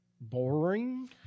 Boring